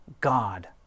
God